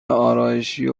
آرایشی